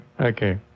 okay